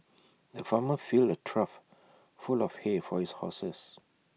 the farmer filled A trough full of hay for his horses